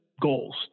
goals